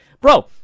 Bro